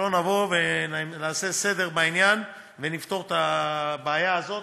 שלא נבוא ונעשה סדר בעניין ונפתור את הבעיה הזאת,